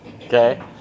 okay